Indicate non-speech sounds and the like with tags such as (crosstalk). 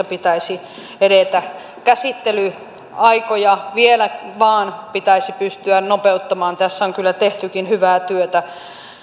(unintelligible) pitäisi edetä käsittelyaikoja vielä vain pitäisi pystyä nopeuttamaan tässä on kyllä tehtykin hyvää työtä